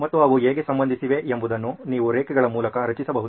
ಮತ್ತು ಅವು ಹೇಗೆ ಸಂಬಂಧಿಸಿವೆ ಎಂಬುದನ್ನು ನೀವು ರೇಖೆಗಳ ಮೂಲಕ ರಚಿಸಬಹುದು